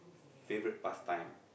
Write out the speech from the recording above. favourite past time